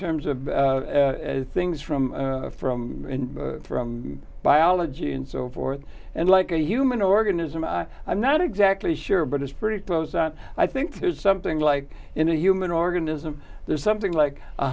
terms of things from from in from biology and so forth and like a human organism i'm not exactly sure but it's pretty close on i think there's something like in a human organism there's something like